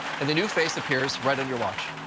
and the new face appears right on your watch.